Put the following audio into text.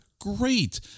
great